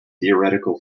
theoretical